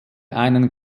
einen